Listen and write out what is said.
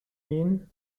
mean